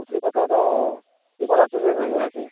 ᱵᱷᱩᱛᱩᱲᱤ ᱯᱟᱛᱟ ᱫᱚ ᱥᱤᱵᱚ ᱨᱟᱛᱛᱨᱤ ᱨᱮᱜᱮ ᱦᱩᱭᱩᱜᱼᱟ ᱦᱮᱸ ᱥᱮ